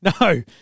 no